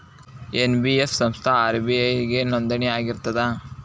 NBF ಸಂಸ್ಥಾ RBI ಗೆ ನೋಂದಣಿ ಆಗಿರ್ತದಾ?